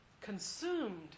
consumed